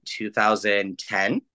2010